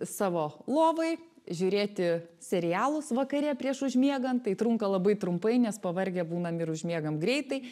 savo lovoj žiūrėti serialus vakare prieš užmiegant trunka labai trumpai nes pavargę būnam ir užmiegam greitai